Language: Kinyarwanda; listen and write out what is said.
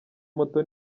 moto